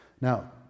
Now